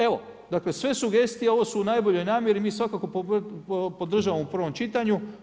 Evo sve sugestije one su u najboljoj namjeri, mi svakako podržavamo u prvom čitanju.